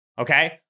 Okay